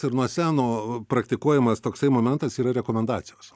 ir nuo seno praktikuojamas toksai momentas yra rekomendacijos